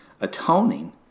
atoning